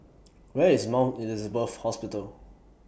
Where IS Mount Elizabeth Hospital